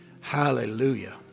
Hallelujah